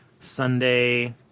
Sunday